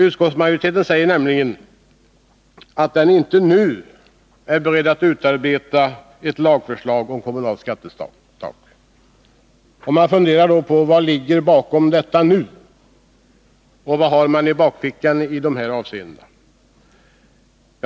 Utskottsmajoriteten säger nämligen att den inte nu är beredd att utarbeta ett lagförslag om kommunalt skattetak. Man undrar vad som ligger bakom detta ”nu”. Vad har man i bakfickan i de här avseendena?